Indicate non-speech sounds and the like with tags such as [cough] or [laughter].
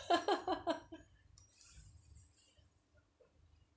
[laughs]